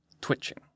twitching